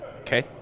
Okay